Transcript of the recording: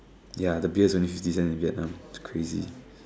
ya the beer is only fifty cents in Vietnam it's crazy